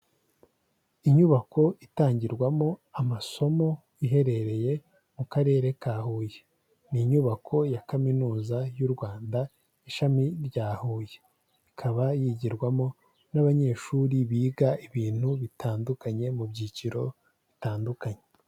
Inyubako itangirwamo amasomo, iherereye mu karere ka Huye. Ni inyubako ya kaminuza y'u Rwanda ishami rya Huye. Ikaba yigirwamo n'abanyeshuri biga ibintu bitandukanye mu byiciro bitandukanye.